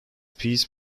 piece